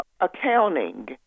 accounting